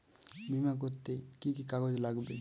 বিমা করতে কি কি কাগজ লাগবে?